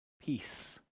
peace